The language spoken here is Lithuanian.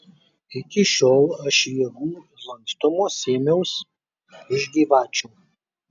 iki šiol aš jėgų ir lankstumo sėmiaus iš gyvačių